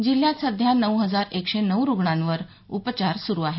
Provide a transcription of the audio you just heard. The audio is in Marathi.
जिल्ह्यात सध्या नऊ हजार एकशे नऊ रुग्णांवर उपचार सुरु आहेत